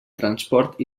transport